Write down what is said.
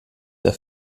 der